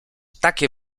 takie